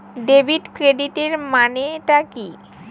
Debit ক্রেডিটের মানে টা কি?